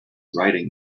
writing